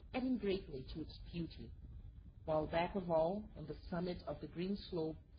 adding greatly to its beauty while back of all, on the summit of the green slope,